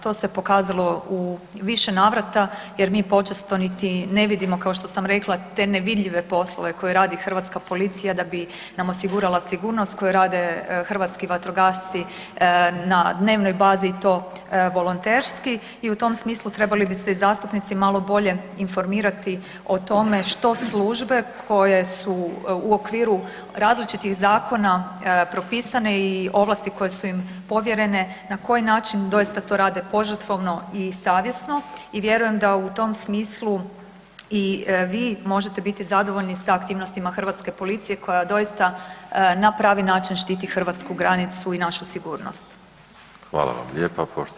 To se pokazalo u više navrata jer mi počesto niti ne vidimo kao što sam rekla te nevidljive poslove koje radi hrvatska policija da bi nam osigurala sigurnost, koju rade hrvatski vatrogasci na dnevnoj bazi i to volonterski i u tom smislu trebali bi se i zastupnici malo bolje informirati o tome što službe koje su u okviru različitih zakona propisane i ovlasti koje su im povjerene na koji način doista to rade požrtvovno i savjesno i vjerujem da u tom smislu i vi možete biti zadovoljni sa aktivnostima hrvatske policije koja doista na pravi način štiti hrvatsku granicu i našu sigurnost.